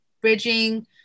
bridging